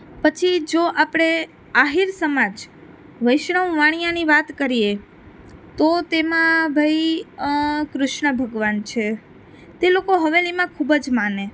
પછી જો આપણે આહિર સમાજ વૈષ્ણવ વાણિયાની વાત કરીએ તો તેમાં ભાઈ કૃષ્ણ ભગવાન છે તે લોકો હવેલીમાં ખૂબ જ માને